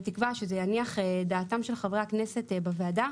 בתקווה שזה יניח את דעתם של חברי הכנסת בוועדה,